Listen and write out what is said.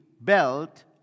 belt